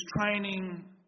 training